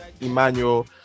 emmanuel